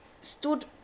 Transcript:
stood